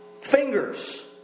Fingers